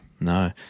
no